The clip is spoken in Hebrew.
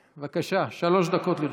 בבקשה, שלוש דקות לרשותך.